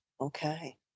okay